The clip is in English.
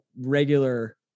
regular